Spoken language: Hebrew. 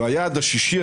והיעד השישי,